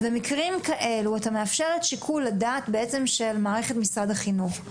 אז במקרים כאלו צריך לאפשר את שיקול הדעת למערכת משרד החינוך.